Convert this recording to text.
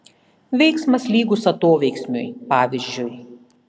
veiksmas lygus atoveiksmiui pavyzdžiui